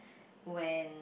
when